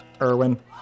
Irwin